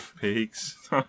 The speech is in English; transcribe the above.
Peaks